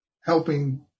helping